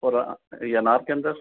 और यह अनार के अंदर